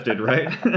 right